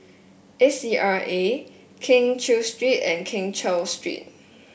A C R A Keng Cheow Street and Keng Cheow Street